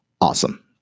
awesome